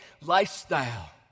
lifestyle